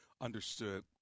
Understood